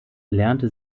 lernte